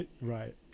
Right